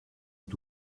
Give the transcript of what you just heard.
est